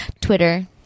twitter